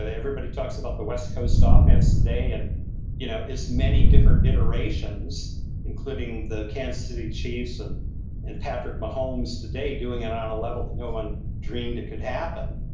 ah everybody talks about the west coast ah offense today and you know its many different iterations, including the kansas city chiefs and and patrick mahomes today doing it on a level that no one dreamed it could happen.